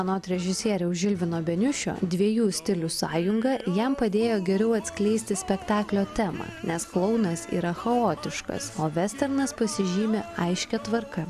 anot režisieriaus žilvino beniušio dviejų stilių sąjunga jam padėjo geriau atskleisti spektaklio temą nes klounas yra chaotiškas o vesternas pasižymi aiškia tvarka